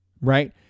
right